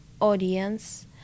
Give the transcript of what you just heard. audience